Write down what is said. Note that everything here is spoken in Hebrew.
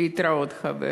להתראות, חבר.